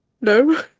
No